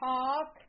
Talk